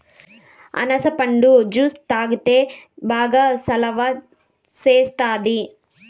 అనాస పండు జ్యుసు తాగితే బాగా సలవ సేస్తాది